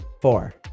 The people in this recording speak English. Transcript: Four